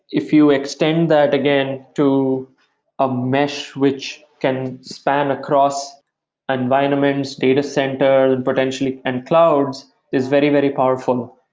if you extend that again to a mesh, which can span across environments, data centers and potentially and clouds is very, very powerful.